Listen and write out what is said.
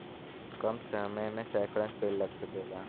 कम समय मे सैकड़न पेड़ लग सकेला